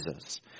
Jesus